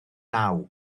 naw